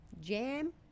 jam